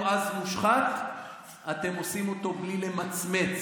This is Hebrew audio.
אז מושחת אתם עושים אותו בלי למצמץ.